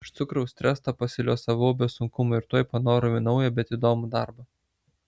iš cukraus tresto pasiliuosavau be sunkumų ir tuoj panorau į naują bet įdomų darbą